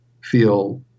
feel